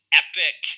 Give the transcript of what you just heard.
epic